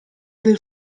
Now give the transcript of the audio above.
del